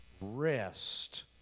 rest